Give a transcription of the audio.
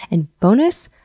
and bonus?